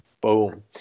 Boom